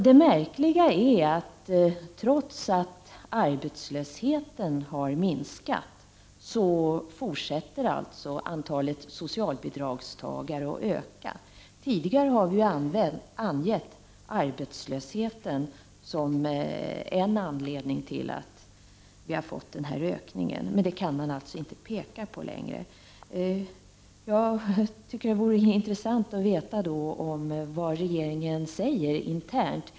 Det märkliga är att trots att arbetslösheten har minskat fortsätter antalet socialbidragstagare att öka. Tidigare har vi angett arbetslösheten som en anledning till denna ökning. Men det kan man alltså inte peka på längre. Det vore intressant att få veta vad regeringen säger internt.